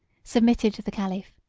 submitted to the caliph,